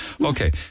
okay